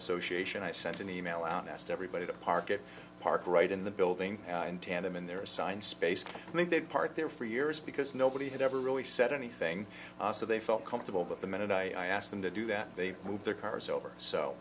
association i sent an e mail out asked everybody to park it parked right in the building in tandem in their assigned space make their part there for years because nobody had ever really said anything so they felt comfortable but the minute i asked them to do that they moved their cars over so